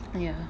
ya